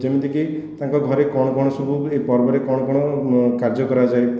ଯେମିତିକି ତାଙ୍କ ଘରେ କ'ଣ କ'ଣ ସବୁ ଏହି ପର୍ବରେ କ'ଣ କ'ଣ କାର୍ଯ୍ୟ କରାଯାଏ